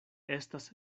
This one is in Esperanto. estas